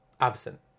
absent